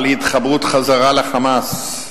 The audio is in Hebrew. על התחברות חזרה ל"חמאס".